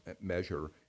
measure